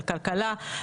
על כלכלה,